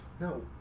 no